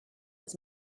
his